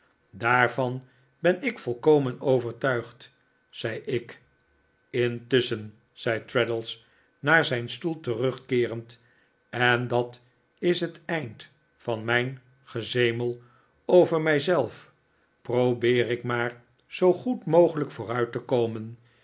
daarvan ben ik volkomen overtuigd zei ik intusschen zei traddles naar zijn stoel terugkeerend en dat is het eind van mijn gezemel over mij zelf probeer ik maar zoo goed mogelijk vooruit te komen